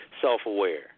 self-aware